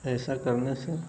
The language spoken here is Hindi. ऐसा करने से